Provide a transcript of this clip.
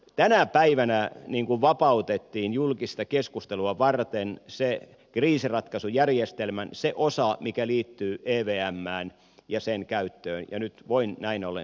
tänä päivänä vapautettiin julkista keskustelua varten kriisinratkaisujärjestelmän se osa mikä liittyy evmään ja sen käyttöön ja nyt voin näin ollen siitä puhua